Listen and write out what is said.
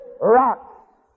rock